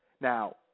Now